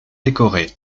décorés